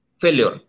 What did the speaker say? Failure